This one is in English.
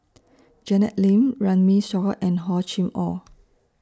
Janet Lim Runme Shaw and Hor Chim Or